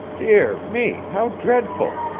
dear me, how dreadful!